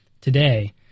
today